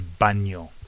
baño